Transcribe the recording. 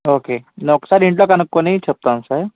okay నేను ఒకసారి ఇంట్లో కనుక్కొని చెప్తాం సార్